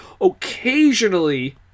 occasionally